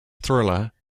thriller